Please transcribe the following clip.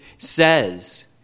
Says